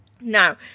Now